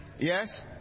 yes